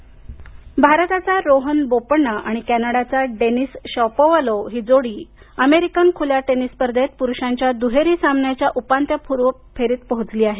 tennis Bopanna भारताचा रोहन बोपन्ना आणि कॅनडाचा डेनिस शापोवालोव ही जोडी अमेरिकन खुल्या टेनिस स्पर्धेत पुरुषांच्या दुहेरी सामन्यांच्या उपांत्यपूर्व फेरीत पोहोचली आहे